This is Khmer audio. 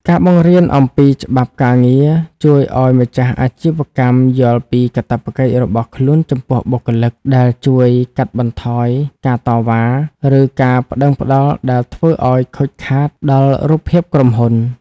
ការបង្រៀនអំពីច្បាប់ការងារជួយឱ្យម្ចាស់អាជីវកម្មយល់ពីកាតព្វកិច្ចរបស់ខ្លួនចំពោះបុគ្គលិក ដែលជួយកាត់បន្ថយការតវ៉ា ឬការប្ដឹងផ្ដល់ដែលធ្វើឱ្យខូចខាតដល់រូបភាពក្រុមហ៊ុន។